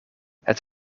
het